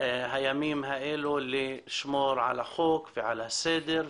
הימים האלה לשמור על החוק ועל הסדר,